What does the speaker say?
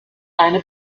eine